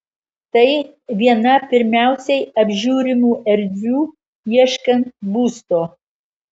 tai viena pirmiausiai apžiūrimų erdvių ieškant būsto